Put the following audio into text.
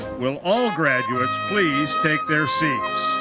will all graduates please take their seats.